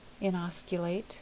Inosculate